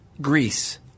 Greece